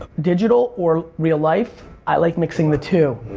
digital or real life i like mixing the two.